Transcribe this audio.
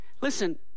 Listen